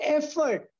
effort